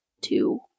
two